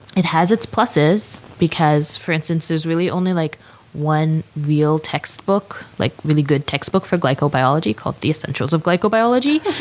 it has its pluses because, for instance, there's really only like one real textbook, like really good textbook for glycobiology called the essentials of glycobiology.